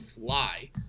fly